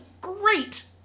great